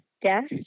death